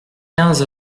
quinze